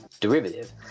derivative